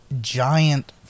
giant